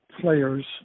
players